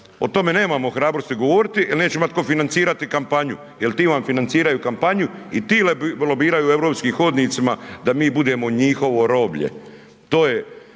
o tome nemamo hrabrosti govoriti jel neće imat tko financirati kampanju, jel ti nam financiraju kampanju i ti lobiraju europskim hodnicima da mi budemo njihovo roblje,